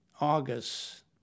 August